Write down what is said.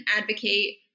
advocate